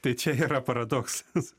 tai čia yra paradoksas